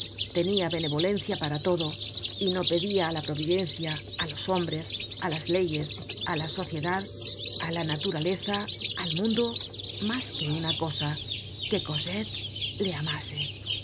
tenia benevolencia para todo y no pedia á la providencia á los hombres á las leyes á la sociedad á la naturaleza al mundo mas que una cosa quecosette le amase